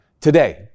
today